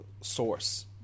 source